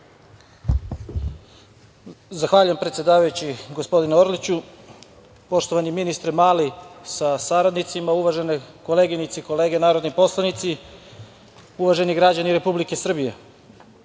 Zahvaljujem predsedavajući. Poštovani ministre Mali, sa saradnicima, uvažene koleginice i kolege narodni poslanici, uvaženi građani Republike Srbije,